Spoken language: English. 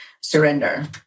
surrender